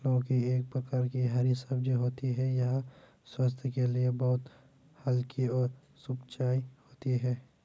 लौकी एक प्रकार की हरी सब्जी होती है यह स्वास्थ्य के लिए बहुत हल्की और सुपाच्य होती है